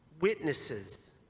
witnesses